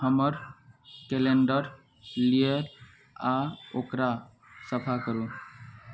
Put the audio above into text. हमर कैलेन्डर लिअ आओर ओकरा सफा करू